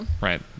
right